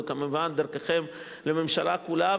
וכמובן דרככם לממשלה כולה,